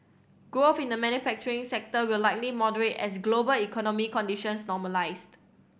growth in the manufacturing sector will likely moderate as global economic conditions normalise